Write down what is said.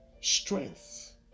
strength